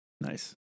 Nice